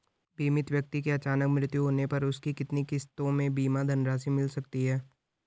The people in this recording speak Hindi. बीमित व्यक्ति के अचानक मृत्यु होने पर उसकी कितनी किश्तों में बीमा धनराशि मिल सकती है?